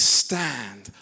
stand